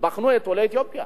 בחנו את עולי אתיופיה,